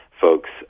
folks